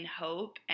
hope